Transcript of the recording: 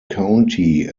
county